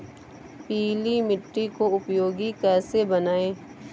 पीली मिट्टी को उपयोगी कैसे बनाएँ?